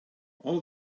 all